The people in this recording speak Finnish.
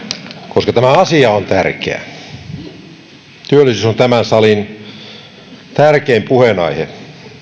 koska tämä asia on tärkeä työllisyys on tämän salin tärkein puheenaihe